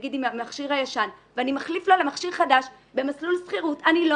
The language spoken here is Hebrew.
המכשיר הישן והיא מחליפה לה למכשיר חדש במסלול שכירות,